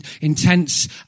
intense